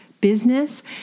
business